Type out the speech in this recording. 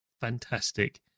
fantastic